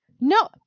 No